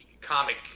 comic